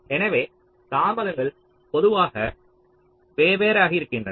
எனவே தாமதங்கள் பொதுவாக வேறுவேறாக இருக்கின்றன